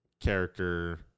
character